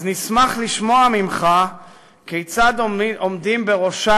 אז נשמח לשמוע ממך כיצד עומדים בראשה